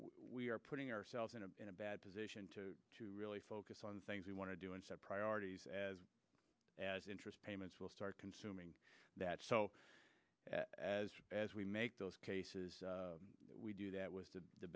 are putting ourselves in a in a bad position to really focus on the things we want to do and set priorities as as interest payments will start consuming that so as as we make those cases we do that with the